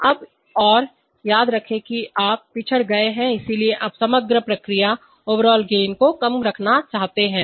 तो अब और याद रखें कि आप पिछड़ गए हैं इसलिए आप समग्र प्रक्रियाओवरआल गेन को कम रखना चाहते हैं